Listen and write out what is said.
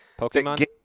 Pokemon